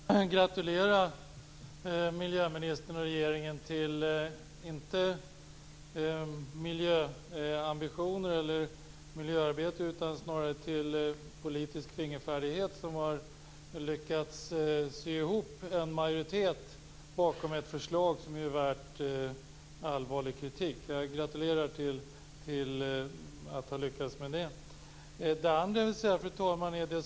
Fru talman! Jag vill gratulera miljöministern och regeringen, inte när det gäller miljöambitioner och miljöarbete utan snarare till politisk fingerfärdighet. Man har lyckats få ihop en majoritet bakom ett förslag som är värt allvarlig kritik. Jag gratulerar till att ha lyckats med det.